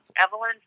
Evelyn